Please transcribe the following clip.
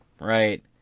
right